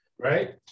Right